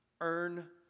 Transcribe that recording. earn